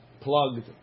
plugged